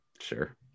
Sure